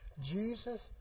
Jesus